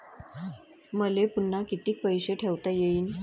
मले पुन्हा कितीक पैसे ठेवता येईन?